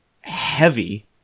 heavy